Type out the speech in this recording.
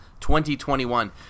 2021